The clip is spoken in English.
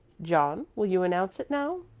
john, will you announce it now?